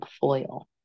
foil